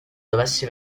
dovessi